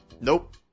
Nope